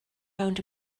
rownd